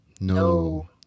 no